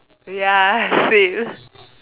ya same